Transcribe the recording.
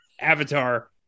Avatar